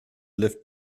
lift